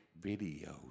videos